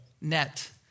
net